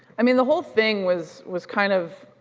i mean, the whole thing was was kind of